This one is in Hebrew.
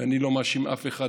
ואני לא מאשים אף אחד,